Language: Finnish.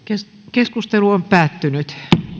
keskustelu on päättynyt